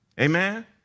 Amen